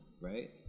right